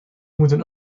moeten